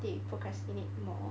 they procrastinate more